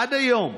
עד היום,